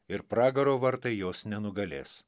ir pragaro vartai jos nenugalės